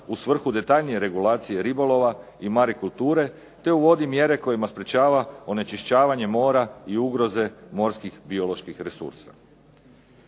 u svrhu detaljnije regulacije ribolova i marikulture te uvodi mjere kojima sprečava onečišćavanje mora i ugroze morskih bioloških resursa.